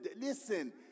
Listen